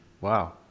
Wow